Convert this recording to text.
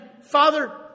Father